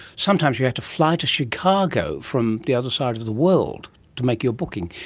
sometimes you had to fly to chicago from the other side of the world to make your booking.